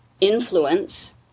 influence